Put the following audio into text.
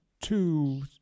two